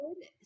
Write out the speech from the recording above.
good